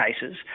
cases